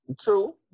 True